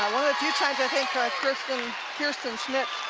one of the few times i think ah christian keers ten schmitt